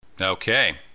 Okay